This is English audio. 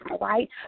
right